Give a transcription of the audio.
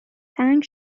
تنگ